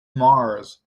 mars